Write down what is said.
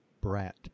brat